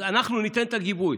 אנחנו ניתן את הגיבוי,